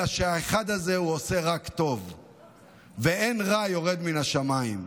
אלא שהאחד הזה הוא עושה רק טוב ואין רע יורד מן השמיים.